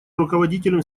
руководителем